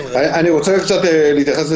אני רוצה להתייחס.